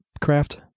craft